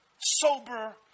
sober